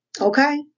Okay